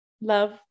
Love